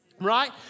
right